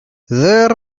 there